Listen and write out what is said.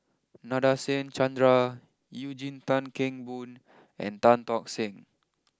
Nadasen Chandra Eugene Tan Kheng Boon and Tan Tock Seng